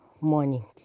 morning